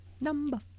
number